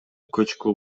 көчкү